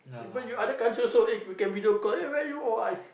even you other country also eh you can video call eh where you all